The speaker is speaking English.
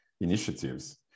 initiatives